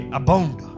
abound